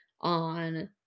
on